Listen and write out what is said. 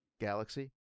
Galaxy